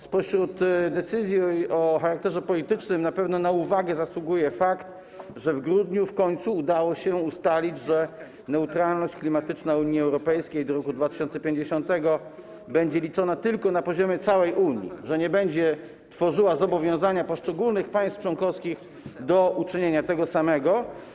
Spośród decyzji o charakterze politycznym na pewno na uwagę zasługuje fakt, że w grudniu w końcu udało się ustalić, że neutralność klimatyczna Unii Europejskiej do roku 2050 będzie liczona tylko na poziomie całej Unii, że nie będzie tworzyła zobowiązania poszczególnych państw członkowskich do uczynienia tego samego.